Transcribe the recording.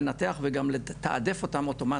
לנתח וגם לתעדף אותם אוטומטית,